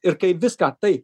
ir kai viską tai